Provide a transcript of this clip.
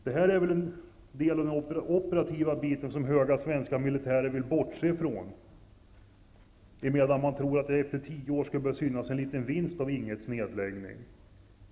Det här är den operativa biten, som höga svenska militärer vill bortse ifrån, emedan man tror att det efter 10 år skulle börja synas en liten vinst av Ing 1:s nedläggning.